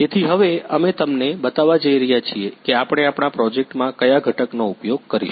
તેથી હવે અમે તમને બતાવવા જઈ રહ્યા છીએ કે આપણે આપણા પ્રોજેક્ટમાં કયા ઘટકનો ઉપયોગ કરીશું